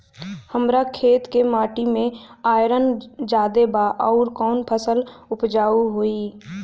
हमरा खेत के माटी मे आयरन जादे बा आउर कौन फसल उपजाऊ होइ?